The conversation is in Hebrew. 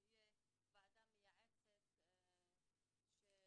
שתהיה ועדה מייעצת שתלווה את המועצה